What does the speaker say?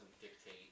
dictate